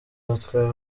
batwaye